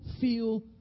feel